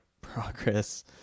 Progress